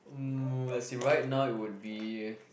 mm as in right now it would be